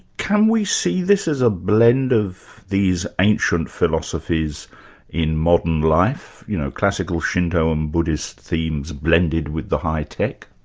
can we see this as a blend of these ancient philosophies in modern life? you know, classical shinto and buddhist themes blended with the high tech?